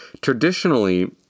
traditionally